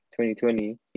2020